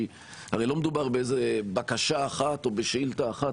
כי הרי לא מדובר בבקשה אחת או בשאילתה אחת,